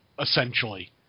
essentially